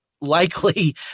likely